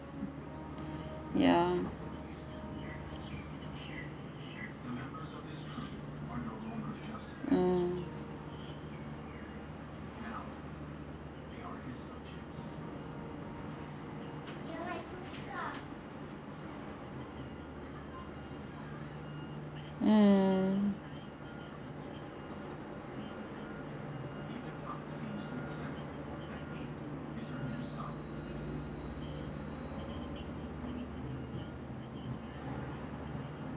ya mm mm